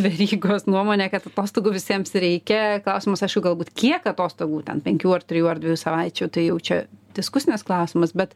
verygos nuomonę kad atostogų visiems reikia klausimas aišku galbūt kiek atostogų ten penkių ar trijų ar dviejų savaičių tai jau čia diskusinis klausimas bet